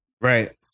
right